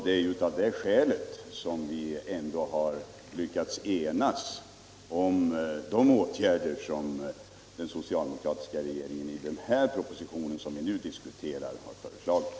Det är ju av det skälet som vi i utskottet har enats om de åtgärder som den socialdemokratiska regeringen i den proposition som vi nu diskuterar har föreslagit.